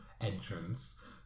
entrance